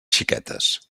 xiquetes